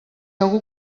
algú